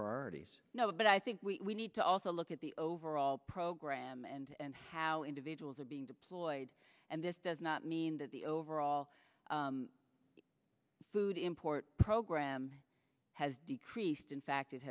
priorities no but i think we need to also look at the overall program and how individuals are being deployed and this does not mean that the overall food import program has decreased in fact it